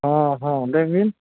ᱦᱮᱸ ᱦᱮᱸ ᱞᱟᱹᱭᱵᱤᱱ